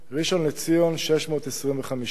ראשון-לציון, 625,